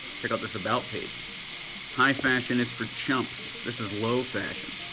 check out this about page high fashion is for chumps, this is low fashion.